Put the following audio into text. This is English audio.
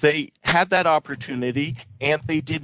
they had that opportunity and they did